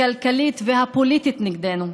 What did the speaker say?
הכלכלית והפוליטית נגדנו,